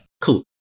cool